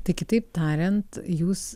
tai kitaip tariant jūs